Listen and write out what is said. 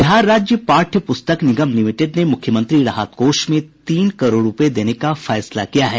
बिहार राज्य पाठ्य पुस्तक निगम लिमिलेड ने मुख्यमंत्री राहत कोष में तीन करोड़ रूपये देने का फैसला किया है